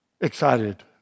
excited